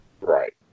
Right